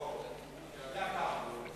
אתה יודע כמה?